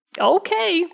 Okay